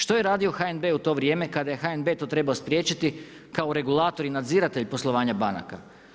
Što je radio HNB u to vrijeme kada je HNB to trebao spriječiti kao regulator i nadziratelj poslovanja banaka?